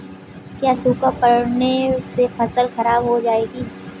क्या सूखा पड़ने से फसल खराब हो जाएगी?